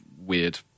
weird